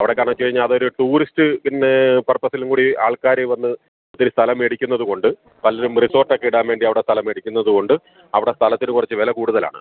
അവിടെ കാരണച്ച് കഴിഞ്ഞാൽ അതൊരു ടൂറിസ്റ്റ് പിന്നെ പർപ്പസിലും കൂടി ആൾക്കാർ വന്ന് ഇത്തിരി സ്ഥലം മേടിക്കുന്നത് കൊണ്ട് പലരും റിസോട്ടൊക്കെ ഇടാൻ വേണ്ടി അവിടെ സ്ഥലം മേടിക്കുന്നത് കൊണ്ട് അവിടെ സ്ഥലത്തിന് കുറച്ച് വില കൂടുതലാണ്